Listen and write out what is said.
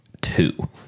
two